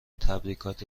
تبریکات